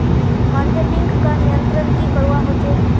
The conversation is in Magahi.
मार्केटिंग का नियंत्रण की करवा होचे?